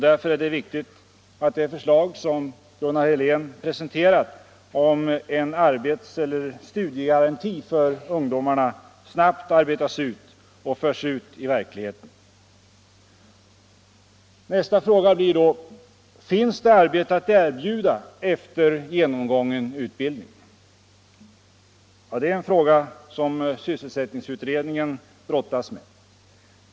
Därför är det viktigt att det förslag som Gunnar Helén presenterat om en arbetseller studiegaranti för ungdomarna snabbt förs ut i verkligheten. Nästa fråga blir då: Finns det arbete att erbjuda efter genomgången utbildning? Det är en fråga som sysselsättningsutredningen brottas med.